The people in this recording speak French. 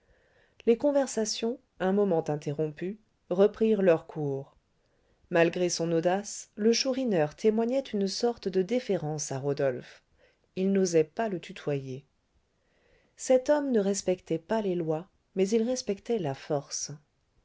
les conversations un moment interrompues reprirent leur cours malgré son audace le chourineur témoignait une sorte de déférence à rodolphe il n'osait pas le tutoyer cet homme ne respectait pas les lois mais il respectait la force